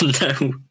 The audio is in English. no